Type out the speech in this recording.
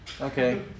Okay